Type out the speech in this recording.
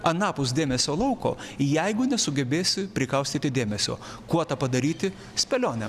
anapus dėmesio lauko jeigu nesugebėsi prikaustyti dėmesio kuo tą padaryti spėlionėm